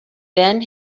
then